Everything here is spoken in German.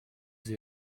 sie